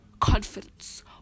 confidence